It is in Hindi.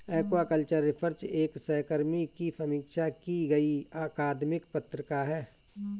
एक्वाकल्चर रिसर्च एक सहकर्मी की समीक्षा की गई अकादमिक पत्रिका है